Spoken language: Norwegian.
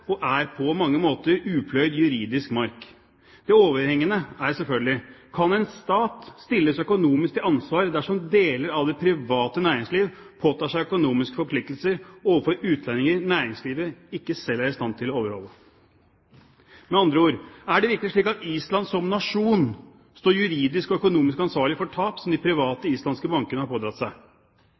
og er på mange måter upløyd juridisk mark. Det overhengende er selvfølgelig: Kan en stat stilles økonomisk til ansvar dersom deler av det private næringsliv påtar seg økonomiske forpliktelser overfor utlendinger næringslivet ikke selv er i stand til å overholde? Med andre ord: Er det virkelig slik at Island som nasjon står juridisk og økonomisk ansvarlig for tap som de private islandske bankene har pådratt seg?